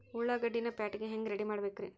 ಉಳ್ಳಾಗಡ್ಡಿನ ಪ್ಯಾಟಿಗೆ ಹ್ಯಾಂಗ ರೆಡಿಮಾಡಬೇಕ್ರೇ?